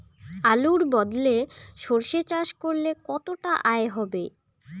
আলুর বদলে সরষে চাষ করলে কতটা আয় হবে?